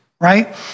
right